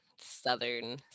southern